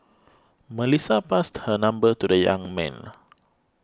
Melissa passed her number to the young man